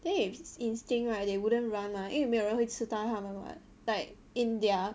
then if is instinct right they wouldn't run lah 因为没有人会吃掉他们 what like in their